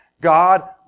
God